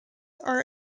are